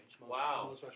Wow